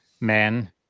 men